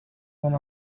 when